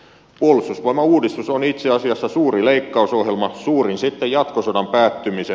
puolustusvoimauudistus on itse asiassa suuri leikkausohjelma suurin sitten jatkosodan päättymisen